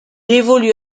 évolue